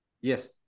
yes